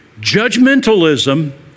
Judgmentalism